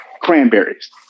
Cranberries